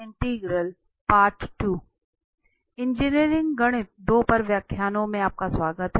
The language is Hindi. इंजीनियरिंग गणित 2 पर व्याख्यानों में आपका स्वागत है